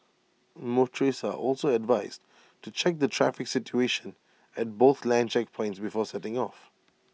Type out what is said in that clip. motorists are also advised to check the traffic situation at both land checkpoints before setting off